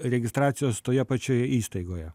registracijos toje pačioje įstaigoje